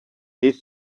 this